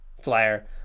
Flyer